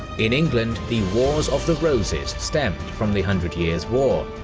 in england, the wars of the roses stemmed from the hundred years' war.